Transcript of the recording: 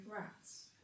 rats